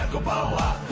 ah obama